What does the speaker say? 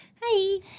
Hi